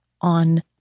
on